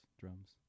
drums